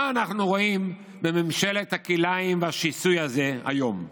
מה אנחנו רואים בממשלת הכלאיים והשיסוי הזו היום?